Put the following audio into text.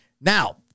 Now